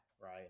right